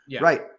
Right